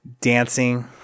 Dancing